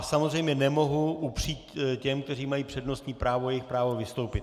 Samozřejmě nemohu upřít těm, kteří mají přednostní právo, jejich právo vystoupit.